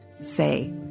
say